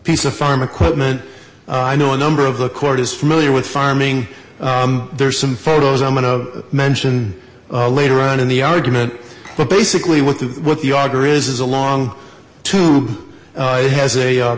piece of farm equipment i know a number of the court is familiar with farming there's some photos i'm going to mention later on in the argument but basically what the what the auger is is along to has a